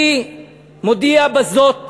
אני מודיע בזאת לכנסת: